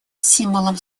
символом